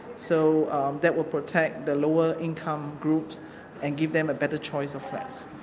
so that will protect the lower income groups and give them a better choice of flats.